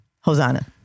Hosanna